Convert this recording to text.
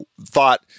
thought